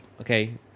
Okay